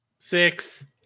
Six